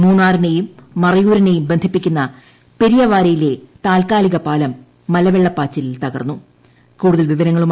മൂന്നാറിനെയും മറയൂരിനെയും ബന്ധിപ്പിക്കുന്ന പെരിയവാരൈയിലെ താൽക്കാലിക പാലം മലവെള്ളപ്പാച്ചിലിൽ തകർന്നു